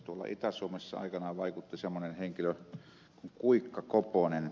tuolla itä suomessa aikanaan vaikutti semmoinen henkilö kuin kuikka koponen